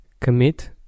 commit